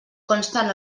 consten